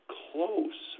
close